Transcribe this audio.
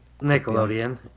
Nickelodeon